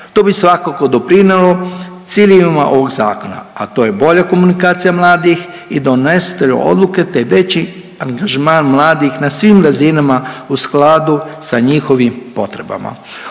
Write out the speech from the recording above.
To bi svakako doprinijelo ciljevima ovog Zakona, a to je bolja komunikacija mladih i donositelja odluka te veći angažman mladih na svim razinama u skladu sa njihovim potrebama.